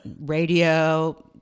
radio